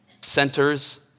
centers